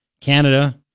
Canada